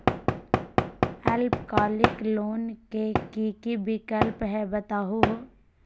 अल्पकालिक लोन के कि कि विक्लप हई बताहु हो?